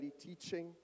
teaching